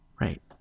Right